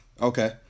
okay